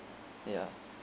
ya